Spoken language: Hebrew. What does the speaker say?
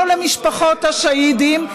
לא למשפחות השאהידים,